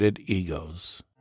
egos